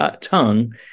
tongue